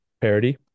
Parody